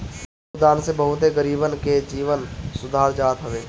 अनुदान से बहुते गरीबन के जीवन सुधार जात हवे